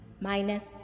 minus